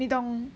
你懂